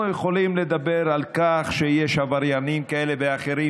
אנחנו יכולים לדבר על כך שיש עבריינים כאלה ואחרים,